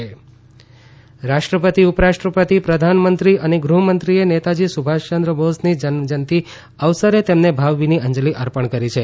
નેતાજી અંજલી રાષ્ટ્રપતિ ઉપરાષ્ટ્રપતિ પ્રધાનમંત્રી અને ગૃહમંત્રીએ નેતાજી સુભાષચંદ્ર બોઝની જન્મજયંતી અવસરે તેમને ભાવભીની અંજલી અર્પણ કરી છે